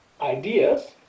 ideas